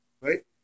right